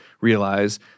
realize